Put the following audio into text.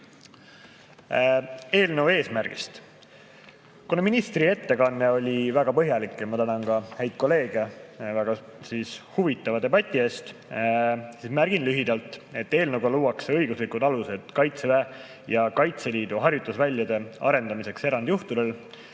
Tarros. Eelnõu eesmärgist. Kuna ministri ettekanne oli väga põhjalik – ma tänan ka häid kolleege väga huvitava debati eest –, siis märgin lühidalt, et eelnõuga luuakse õiguslikud alused Kaitseväe ja Kaitseliidu harjutusväljade arendamiseks erandjuhtudel,